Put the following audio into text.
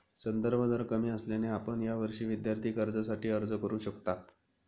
संदर्भ दर कमी असल्याने आपण यावर्षी विद्यार्थी कर्जासाठी अर्ज करू शकता